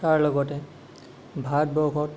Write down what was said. তাৰ লগতে ভাৰতবৰ্ষত